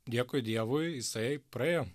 dėkui dievui jisai praėjo